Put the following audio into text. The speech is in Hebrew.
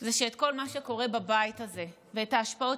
זה שאת כל מה שקורה בבית הזה ואת ההשפעות